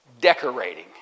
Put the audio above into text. decorating